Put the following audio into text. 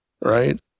right